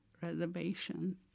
reservations